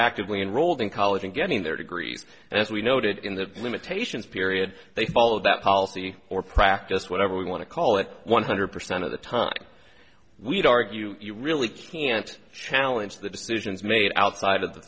actively enrolled in college and getting their degrees and as we noted in the limitations period they follow that policy or practice whatever we want to call it one hundred percent of the time we'd argue you really can't challenge the decisions made outside of the